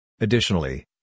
Additionally